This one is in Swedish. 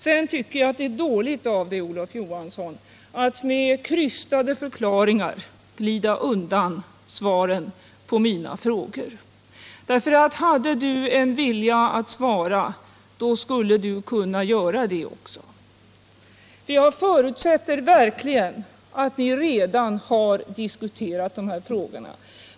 Jag tycker det är dåligt av dig, Olof Johansson, att med krystade förklaringar glida undan svaren på mina frågor. Hade du en vilja att svara, skulle du kunna göra det också. Jag förutsätter verkligen att ni i regeringen redan har diskuterat de här frågorna.